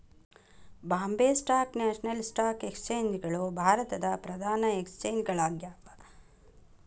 Bombay stock national stock exchange ಗಳು ಭಾರತದ್ ಪ್ರಧಾನ ಎಕ್ಸ್ಚೇಂಜ್ ಗಳಾಗ್ಯಾವ